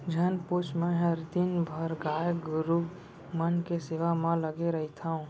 झन पूछ मैंहर दिन भर गाय गरू मन के सेवा म लगे रइथँव